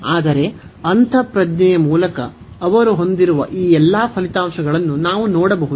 ಆದರೆ ಅಂತಃಪ್ರಜ್ಞೆಯ ಮೂಲಕ ಅವರು ಹೊಂದಿರುವ ಈ ಎಲ್ಲಾ ಫಲಿತಾಂಶಗಳನ್ನು ನಾವು ನೋಡಬಹುದು